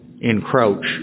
encroach